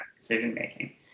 decision-making